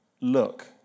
Look